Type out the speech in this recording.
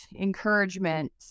encouragement